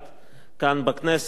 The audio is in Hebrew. כאן בכנסת גם